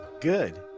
Good